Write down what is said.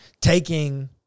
taking